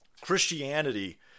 Christianity